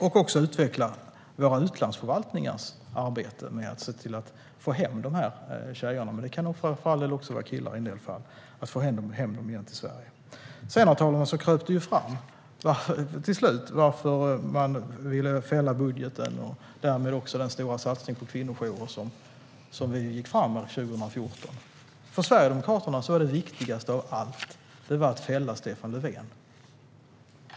Vi ska också utveckla våra utlandsförvaltningars arbete med att få hem de här tjejerna till Sverige. Det kan för all del också vara killar i en del fall. Sedan, herr talman, kröp det till slut fram varför Sverigedemokraterna ville fälla budgeten och därmed den stora satsningen på kvinnojourer som vi gick fram med 2014. För Sverigedemokraterna var det viktigaste av allt att fälla Stefan Löfven.